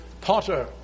potter